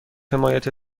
حمایت